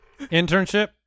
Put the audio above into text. Internship